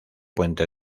puente